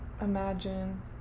imagine